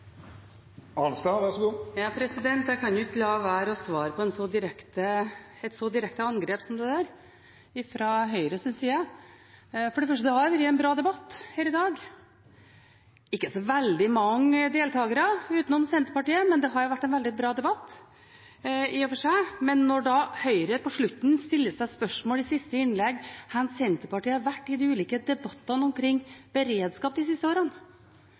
kan ikke la være å svare på et så direkte angrep som det fra Høyres side. For det første: Det har vært en bra debatt her i dag – ikke så veldig mange deltakere utenom Senterpartiet, men det har vært en veldig bra debatt, i og for seg. Men når da Høyre på slutten stiller spørsmål i siste innlegg om hvor Senterpartiet har vært i de ulike debattene omkring beredskap de siste